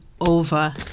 over